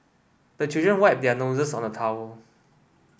the children wipe their noses on the towel